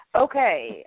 okay